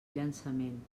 llançament